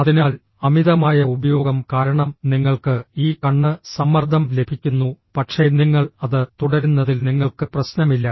അതിനാൽ അമിതമായ ഉപയോഗം കാരണം നിങ്ങൾക്ക് ഈ കണ്ണ് സമ്മർദ്ദം ലഭിക്കുന്നു പക്ഷേ നിങ്ങൾ അത് തുടരുന്നതിൽ നിങ്ങൾക്ക് പ്രശ്നമില്ല